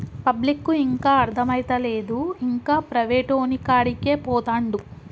పబ్లిక్కు ఇంకా అర్థమైతలేదు, ఇంకా ప్రైవేటోనికాడికే పోతండు